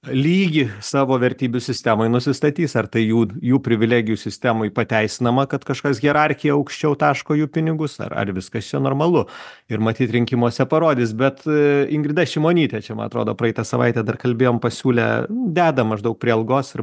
lygį savo vertybių sistemai nusistatys ar tai jų jų privilegijų sistemai pateisinama kad kažkas hierarchija aukščiau taško jų pinigus ar ar viskas čia normalu ir matyt rinkimuose parodys bet ingrida šimonytė čia man atrodo praeitą savaitę dar kalbėjom pasiūlė deda maždaug prie algos ir